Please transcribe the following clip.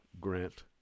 Grant